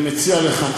אני מציע לך,